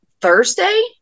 Thursday